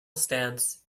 stance